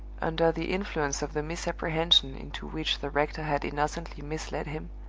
under the influence of the misapprehension into which the rector had innocently misled him,